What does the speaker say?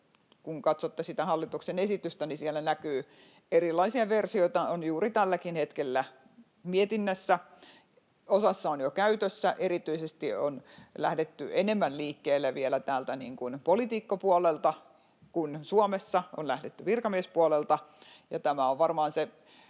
kun katsotte sitä hallituksen esitystä, näkyy, erilaisia versioita on juuri tälläkin hetkellä mietinnässä. Osassa on jo käytössä, erityisesti on lähdetty vielä enemmän liikkeelle täältä poliitikkopuolelta, kun Suomessa on lähdetty virkamiespuolelta.